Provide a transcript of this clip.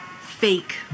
fake